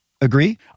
agree